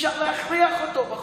אי-אפשר להכריח אותו בחוק,